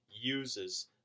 uses